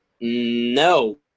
No